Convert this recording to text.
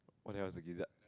what else you use that